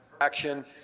action